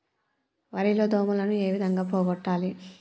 వరి లో దోమలని ఏ విధంగా పోగొట్టాలి?